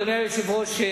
אדוני היושב-ראש,